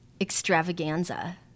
extravaganza